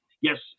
Yes